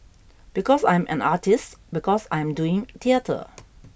because I am an artist because I am doing theatre